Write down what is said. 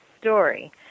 story